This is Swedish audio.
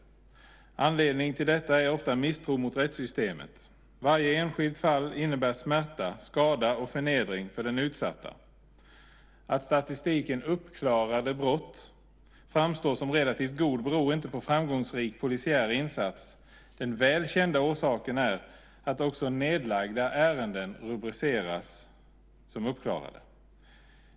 Anledningen till detta är ofta misstro mot rättssystemet. Varje enskilt fall innebär smärta, skada och förnedring för den utsatta. Att statistiken för uppklarade brott framstår som relativt god beror inte på framgångsrik polisiär insats. Den väl kända orsaken är att också nedlagda ärenden rubriceras som uppklarade.